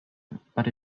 but